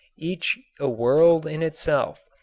each a world in itself,